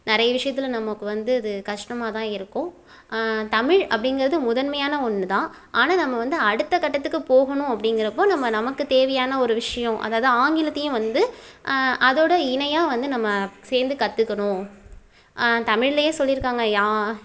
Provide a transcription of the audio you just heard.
நிறைய விஷயத்துல நமக்கு வந்து அது கஷ்டமாகதான் இருக்கும் தமிழ் அப்படிங்கறது முதன்மையான ஒன்றுதான் ஆனால் நம்ம வந்து அடுத்த கட்டத்துக்கு போகணும் அப்படிங்கிறப்போ நம்ம நமக்கு தேவையான ஒரு விஷயம் அதாது ஆங்கிலத்தையும் வந்து அதோட இணையாக வந்து நம்ம சேர்ந்து கற்றுக்கணும் தமிழ்லயே சொல்லிருக்காங்க யா